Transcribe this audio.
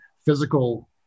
physical